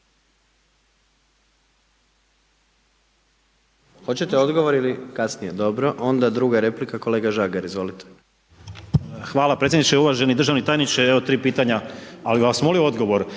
Hvala predsjedniče, uvaženi državni tajniče, evo 3 pitanja, ali bih vas molio odgovor.